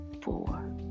four